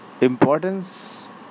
importance